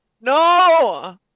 No